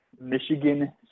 Michigan